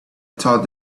thought